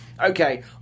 okay